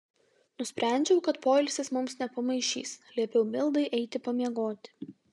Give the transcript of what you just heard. nusprendžiau kad poilsis mums nepamaišys liepiau mildai eiti pamiegoti